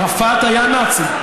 ערפאת היה נאצי.